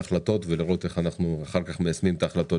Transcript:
ולראות איך אנחנו אחר כך מיישמים את ההחלטות